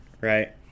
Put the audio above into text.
right